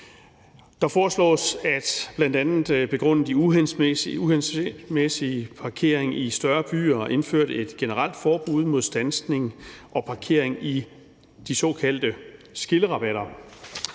på statsvejene. Bl.a. begrundet i uhensigtsmæssig parkering i større byer foreslås der indført et generelt forbud mod standsning og parkering i de såkaldte skillerabatter.